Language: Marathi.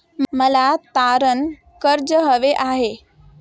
मला तारण कर्ज हवे आहे